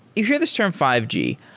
you hear this term five g.